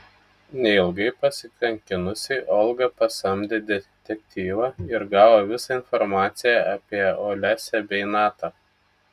neilgai pasikankinusi olga pasamdė detektyvą ir gavo visą informaciją apie olesią bei natą